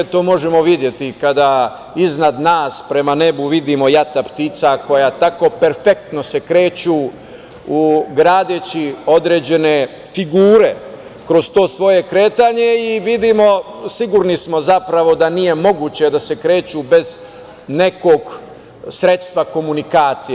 To možemo videti kada iznad nas, prema nebu vidimo jata ptica koja se tako perfektno kreću, gradeći određene figure kroz to svoje kretanje i vidimo, sigurni smo, zapravo da nije moguće da se kreću bez nekog sredstva komunikacije.